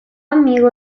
amigo